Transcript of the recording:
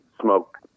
smoke